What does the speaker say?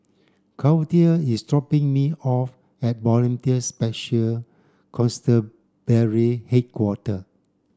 Claudie is dropping me off at Volunteer Special Constabulary Headquarter